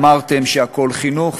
אמרתם שהכול חינוך,